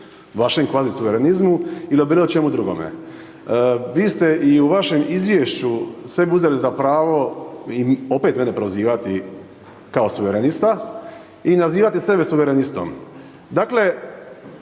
vašem kvazi suverenizmu ili o bilo čemu drugome. Vi ste i u vašem izvješću sebi uzeli za pravo opet mene prozivati kao suverenista i nazivati sebe suverenistom. Dakle,